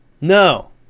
No